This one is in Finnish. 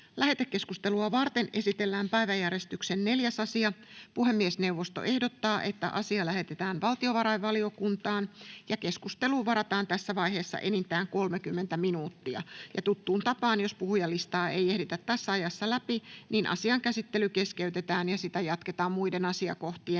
Lähetekeskustelua varten esitellään päiväjärjestyksen 6. asia. Puhemiesneuvosto ehdottaa, että asia lähetetään ympäristövaliokuntaan. Keskusteluun varataan tässä vaiheessa enintään 30 minuuttia. Jos puhujalistaa ei tässä ajassa ehditä käydä loppuun, asian käsittely keskeytetään ja sitä jatketaan muiden asiakohtien